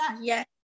yes